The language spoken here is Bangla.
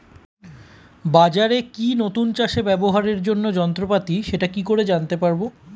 বাজারে কি নতুন চাষে ব্যবহারের জন্য যন্ত্রপাতি সেটা কি করে জানতে পারব?